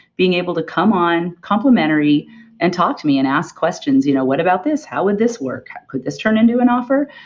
being able to come on complimentary and talk to me and ask questions, you know what about this? how would this work? how could this turn into an offer?